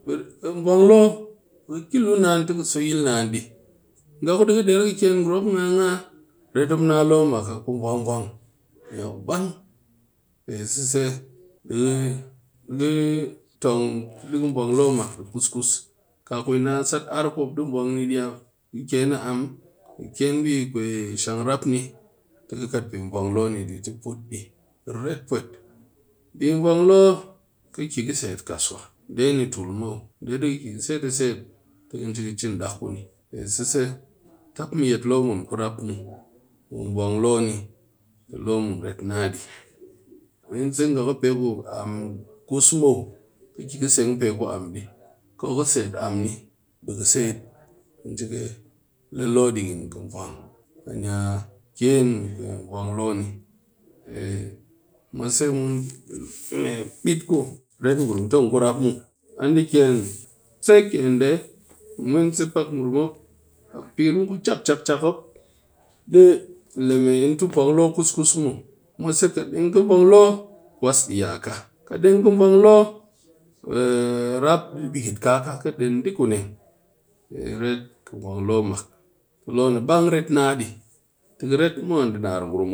Kɨ vwang loo bɨ kɨ lu naan ti kɨ so yil naan dɨ, nga ku de ka dar ka ken ngurum mop ngaa-ngaa ret mop na loo mak a ku vwang-vwang ku naya kubang, pe seize bɨ kɨ tong te deke vwang loo mak dɨ kus-kus kaku na'a sat ar mop de vwang ni ɗɨ di mu ken a am di ken be sang rap ni de bi vwang de ti put ɗi reret pwit bɨ vwang loo kaki set kasuwa nde ni tulu muw, nde deki ka set a set a tɨ ka nji ka chin dak ɗi kuni pe sisze tak mu yet lo mun kurap muw bɨ mu vwang loo ni ti loo mun ret naa di, mwense se nga ku pe ku am kus muw kɨ ka seng pe ku am ɗi wa ka set am ki le loo ni dikin ki vwang am ana ken mɨ vwang loo ni mwase mun mebit ku ret ngurum mop tong ku rap muw kasuwa me shi am ni kus muw, ndɨ ken seken nde mwense pak ngrum mop pikin mu ku cicika mop de le me entu vwang ku-kus muw, mwase kat deng ka vwang loo kwass di yaka kat deng ka vwang loo rap di beket kaa’ ka'a ka den ndekuneng be ret ka vwang loo mak ti loo ni bang ret naa ɗi ti ret mwan naar ngurum mop.